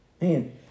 Man